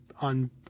on